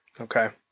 Okay